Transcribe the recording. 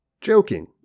Joking